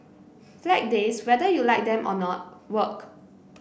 Flag Days whether you like them or not work